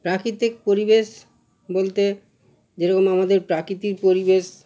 প্রাকৃতিক পরিবেশ বলতে যেরকম আমাদের প্রাকৃতিক পরিবেশ